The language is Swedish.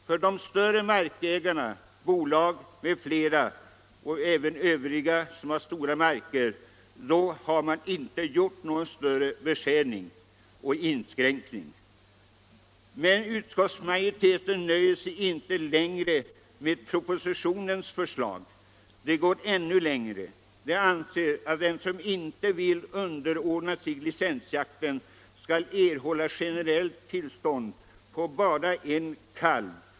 För de större markägarna, bolag och även övriga som har stora marker, har man inte gjort någon inskränkning. Men utskottsmajoriteten nöjer sig inte med propositionens förslag — den går ännu längre. Den anser att den som inte vill underordna sig licensjakten skall erhålla generellt tillstånd för bara en kalv.